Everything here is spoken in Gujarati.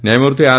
ન્યાયમૂર્તિ આર